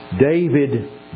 David